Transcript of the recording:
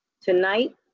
Tonight